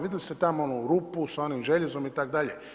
Vidjeli ste tamo onu rupu sa onim željezom itd.